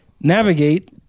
navigate